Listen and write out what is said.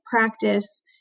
practice